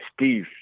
Steve